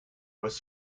was